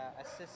assist